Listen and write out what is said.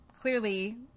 clearly